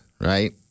right